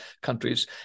countries